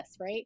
right